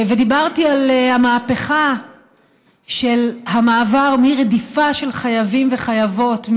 דיברתי על המהפכה של המעבר מרדיפה של חייבים וחייבות,